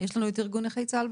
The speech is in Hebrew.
יש לנו מישהו מארגון נכי צה"ל?